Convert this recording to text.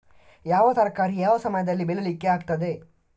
ಯಾವ ತರಕಾರಿ ಯಾವ ಸಮಯದಲ್ಲಿ ಬೆಳಿಲಿಕ್ಕೆ ಆಗ್ತದೆ?